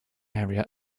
area